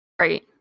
Right